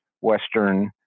Western